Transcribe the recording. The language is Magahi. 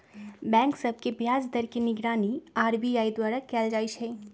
बैंक सभ के ब्याज दर के निगरानी आर.बी.आई द्वारा कएल जाइ छइ